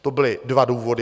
To byly dva důvody.